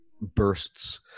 bursts